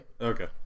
Okay